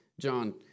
John